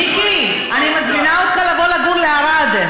מיקי, אני מזמינה אותך לבוא לגור בערד.